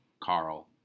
carl